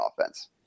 offense